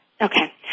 Okay